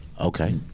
Okay